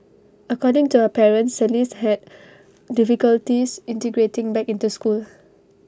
according to her parents celeste had difficulties integrating back into school